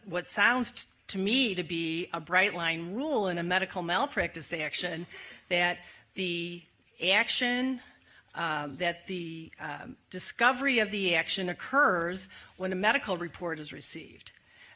what sounds to me to be a bright line rule in a medical malpractise action that the action that the discovery of the action occurs when a medical report is received i